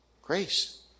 Grace